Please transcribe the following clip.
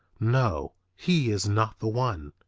no, he is not the one.